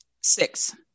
Six